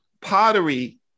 pottery